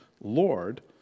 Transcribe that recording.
Lord